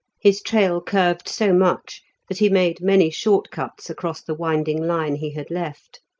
his trail curved so much that he made many short cuts across the winding line he had left.